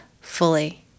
fully